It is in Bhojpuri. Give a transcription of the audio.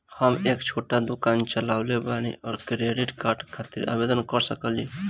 हम एक छोटा दुकान चलवइले और क्रेडिट कार्ड खातिर आवेदन कर सकिले?